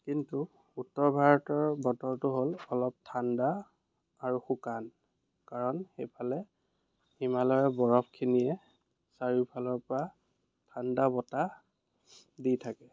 কিন্তু উত্তৰ ভাৰতৰ বতৰটো হ'ল অলপ ঠাণ্ডা আৰু শুকান কাৰণ সেইফালে হিমালয়ৰ বৰফখিনিয়ে চাৰিওফালৰ পৰা ঠাণ্ডা বতাহ দি থাকে